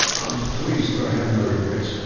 i'm pleased that i have no regrets.